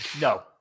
No